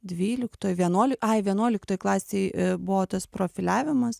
dvyliktoj vienuoli ai vienuoliktoj klasėj buvo tas profiliavimas